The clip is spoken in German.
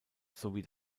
sowie